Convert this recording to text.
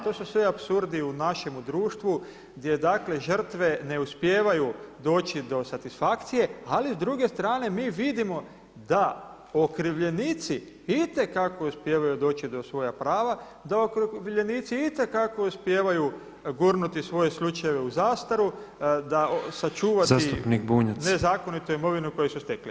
To su sve apsurdi u našemu društvu gdje žrtve ne uspijevaju doći do satisfakcije, ali s druge strane mi vidimo da okrivljenici itekako uspijevaju doći do svoja prava, da okrivljenici itekako uspijevaju gurnuti svoje slučaj u zastaru, da sačuva nezakonitu imovinu koju su stekli.